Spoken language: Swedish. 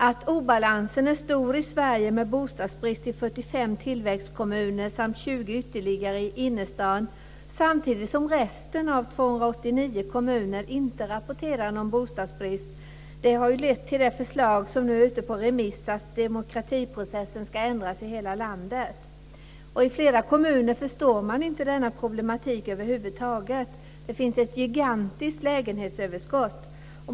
Att obalansen är så stor i Sverige med bostadsbrist i 45 tillväxtkommuner samt 20 ytterligare i innerstan, samtidigt som resten av de 289 kommunerna inte rapporterar någon bostadsbrist, har lett till det förslag som nu är ute på remiss att demokratiprocessen ska ändras i hela landet. I flera kommuner förstår man inte denna problematik över huvud taget. Det finns ett gigantiskt lägenhetsöverskott.